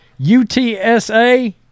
UTSA